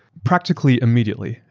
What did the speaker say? practically immediately.